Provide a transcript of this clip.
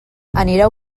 anireu